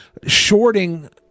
shorting